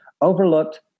overlooked